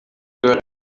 girl